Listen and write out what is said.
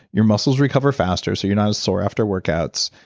your muscles recover faster so you're not as sore after workouts,